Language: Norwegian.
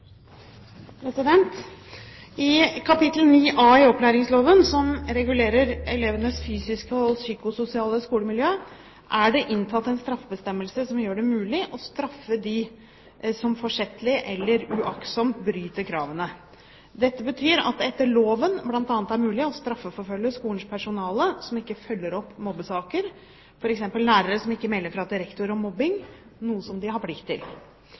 I kapittel 9a i opplæringsloven, som regulerer elevenes fysiske og psykososiale skolemiljø, er det inntatt en straffebestemmelse som gjør det mulig å straffe dem som forsettlig eller uaktsomt bryter kravene. Dette betyr at det etter loven bl.a. er mulig å straffeforfølge skolens personale som ikke følger opp mobbesaker, f.eks. lærere som ikke melder fra til rektor om mobbing, noe de har plikt til.